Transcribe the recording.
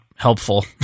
helpful